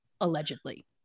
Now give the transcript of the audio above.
allegedly